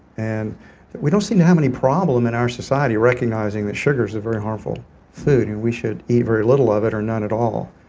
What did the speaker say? and we don't seem to have any problem in our society recognizing that sugar is a very harmful food and we should eat very little of it or none at all.